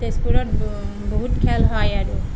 তেজপুৰত বহুত খেল হয় আৰু